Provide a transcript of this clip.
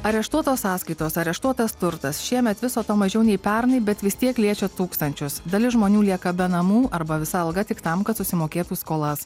areštuotos sąskaitos areštuotas turtas šiemet viso to mažiau nei pernai bet vis tiek liečia tūkstančius dalis žmonių lieka be namų arba visa alga tik tam kad susimokėtų skolas